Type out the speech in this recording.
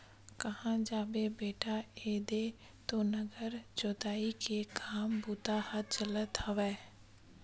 काँहा जाबे बेटा ऐदे तो नांगर जोतई के काम बूता ह चलत हवय